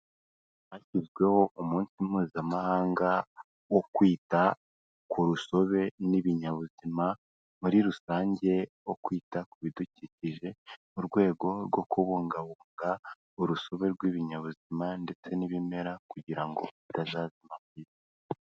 Hashyizweho umunsi mpuzamahanga wo kwita ku rusobe n'ibinyabuzima, muri rusange wo kwita ku bidukikije mu rwego rwo kubungabunga urusobe rw'ibinyabuzima ndetse n'ibimera kugira ngo bitazazima ku Isi.